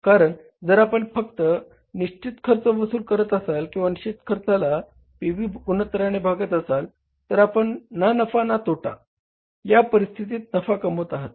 कारण जर आपण फक्त निश्चित खर्च वसूल करत असाल किंवा निश्चित खर्चाला पी व्ही गुणोत्तराने भागत असाल तर आपण ना नफा ना तोटा या परिस्थितीत नफा कमवत आहात